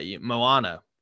Moana